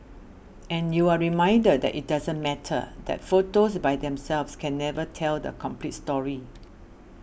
and you are reminded that it doesn't matter that photos by themselves can never tell the complete story